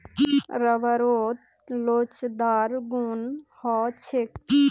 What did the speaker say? रबरत लोचदार गुण ह छेक